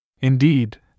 Indeed